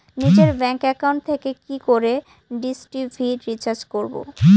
নিজের bank account থেকে কি করে ডিশ টি.ভি রিচার্জ করবো?